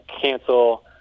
cancel